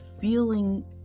feeling